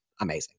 amazing